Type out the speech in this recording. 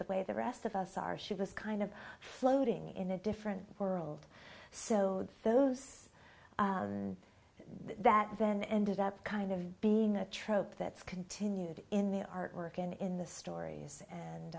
the way the rest of us are she was kind of floating in a different world so those that then ended up kind of being a trope that's continued in the artwork and in the stories and